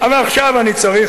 אבל עכשיו אני צריך,